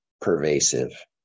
pervasive